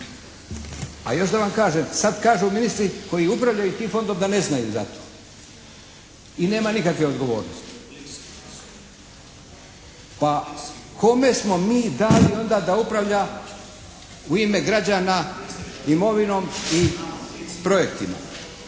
A još da vam kažem sad kažu ministri koji upravljaju tim fondom da ne znaju za to i nema nikakve odgovornosti. Pa kome smo mi dali onda da upravlja u ime građana imovinom i projektima.